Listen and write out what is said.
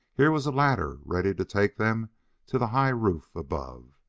here was a ladder ready to take them to the high roof above,